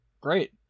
Great